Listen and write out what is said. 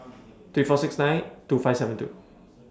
three four six nine two five seven two